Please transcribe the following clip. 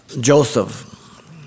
Joseph